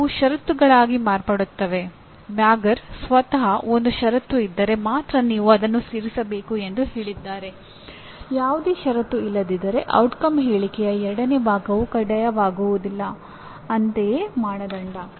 ಉತ್ತಮ ಎಂಜಿನಿಯರ್ಗಳು ಯಾರೆಂದು ಅರ್ಥಮಾಡಿಕೊಳ್ಳುವ ಮೊದಲು ಎಂಜಿನಿಯರ್ಗಳು ಏನು ಮಾಡುತ್ತಾರೆ ಎಂಬುದನ್ನು ನೋಡಿ